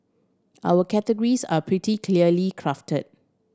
our categories are pretty clearly crafted